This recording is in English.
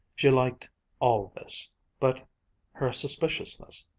she liked all this but her suspiciousness,